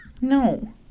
No